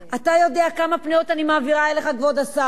אתה יודע כמה פניות אני מעבירה אליך, כבוד השר.